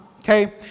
Okay